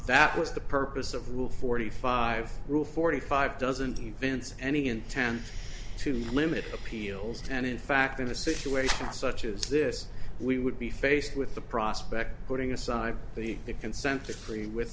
that was the purpose of rule forty five rule forty five doesn't events any intent to limit appeals and in fact in a situation such as this we would be faced with the prospect putting aside the the consent decree with